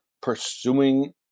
pursuing